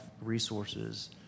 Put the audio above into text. resources